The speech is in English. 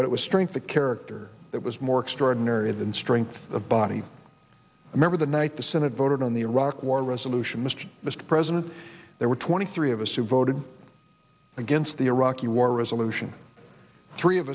but it was strength of character that was more extraordinary than strength of body remember the night the senate voted on the iraq war resolution mr mr president there were twenty three of us who voted against the iraq war resolution three of